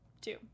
Two